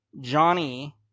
Johnny